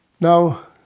Now